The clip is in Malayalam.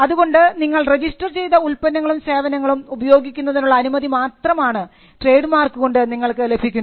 അതുകൊണ്ട് നിങ്ങൾ രജിസ്റ്റർ ചെയ്ത ഉൽപ്പന്നങ്ങളും സേവനങ്ങളും ഉപയോഗിക്കാനുള്ള അനുമതി മാത്രമാണ് ട്രേഡ് മാർക്ക് കൊണ്ട് നിങ്ങൾക്ക് ലഭിക്കുന്നത്